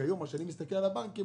כשאני מסתכל על הבנקים,